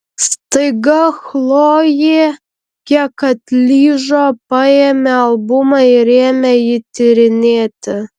staiga chlojė kiek atlyžo paėmė albumą ir ėmė jį tyrinėti